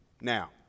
Now